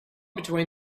between